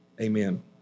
Amen